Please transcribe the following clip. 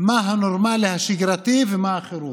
מה הנורמלי השגרתי ומה החירום?